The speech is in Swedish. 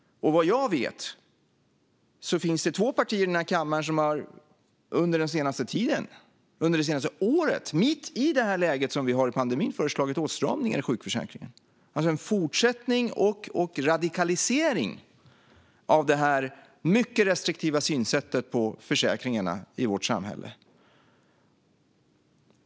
Vad jag vet finns det två partier i denna kammare som under det senaste året, mitt i detta läge när vi har en pandemi, har föreslagit åtstramningar i sjukförsäkringen, alltså en fortsättning och radikalisering av det mycket restriktiva synsättet på försäkringarna i vårt samhälle.